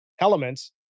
elements